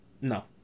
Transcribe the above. no